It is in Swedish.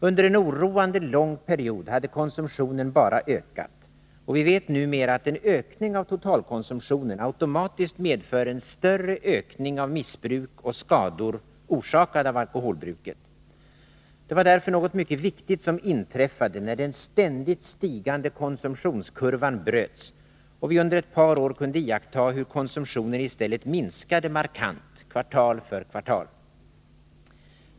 Under en oroande lång period hade konsumtionen bara ökat, och vi vet numera att en ökning av totalkonsumtionen automatiskt medför en större ökning av missbruk och skador orsakade av alkoholbruket. Det var därför något mycket viktigt som inträffade när den ständigt stigande konsumtionskurvan bröts och vi under ett par år kunde iaktta hur konsumtionen i stället minskade markant kvartal för kvartal.